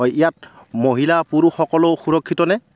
হয় ইয়াত মহিলা পুৰুষসকলো সুৰক্ষিতনে